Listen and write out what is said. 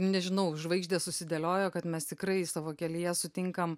nežinau žvaigždės susidėliojo kad mes tikrai savo kelyje sutinkam